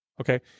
okay